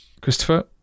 Christopher